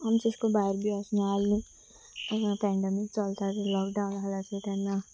आमचे अशे करून भायर बी वसना आसली पॅन्डमीक चलता ते लॉकडावन आल्या ते तेन्ना